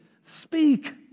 Speak